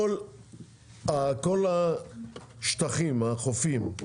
כל השטחים, החופים,